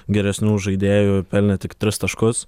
geresnių žaidėjų pelnė tik tris taškus